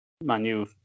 Manu